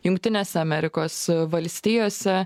jungtinėse amerikos valstijose